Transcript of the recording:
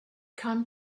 come